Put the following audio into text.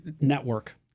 Network